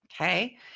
Okay